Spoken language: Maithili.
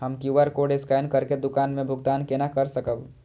हम क्यू.आर कोड स्कैन करके दुकान में भुगतान केना कर सकब?